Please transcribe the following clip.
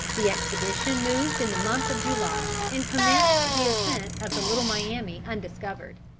the expedition moved in the month of july, and commenced the ascent of the little miami undiscovered.